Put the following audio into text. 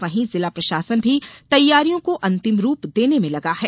वहीं जिला प्रषासन भी तैयारियों को अंतिम रुप देने में लगा है